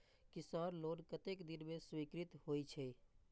किसान लोन कतेक दिन में स्वीकृत होई छै?